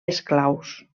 esclaus